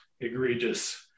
egregious